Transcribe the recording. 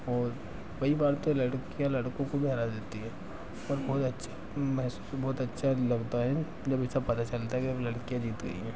और कई बार तो लड़कियाँ लड़कों को भी हरा देती है ओर बहुत अच्छा महसूस बहुत अच्छा लगता है जभी सब पता चलता है कि अब लड़कियाँ जीत गई हैं